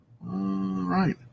right